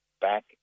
back